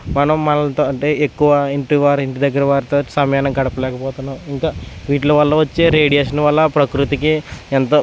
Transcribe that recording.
మనం మనలతో అంటే ఎక్కువ ఇంటి వారి ఇంటి దగ్గర వారితో సమయాన్ని గడపలేకపోతున్నాము ఇంకా విటీలవల్ల వచ్చే రేడియేషన్ వల్ల ప్రకృతికి ఎంతో